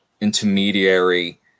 intermediary